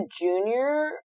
junior